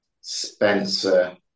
Spencer